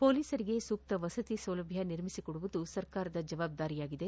ಪೊಲೀಸರಿಗೆ ಸೂಕ್ತ ವಸತಿ ಸೌಲಭ್ದ ನಿರ್ಮಿಸಿಕೊಡುವುದು ಸರ್ಕಾರದ ಜವಾಬ್ದಾರಿಯಾಗಿದೆ